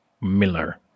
Miller